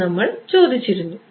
എന്നും നമ്മൾ ചോദിച്ചിരുന്നു